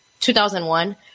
2001